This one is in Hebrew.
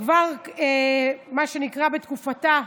שכבר בתקופתה,